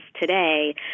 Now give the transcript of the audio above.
today